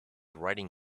writing